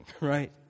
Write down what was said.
right